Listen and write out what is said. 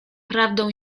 prawdą